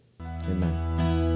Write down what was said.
amen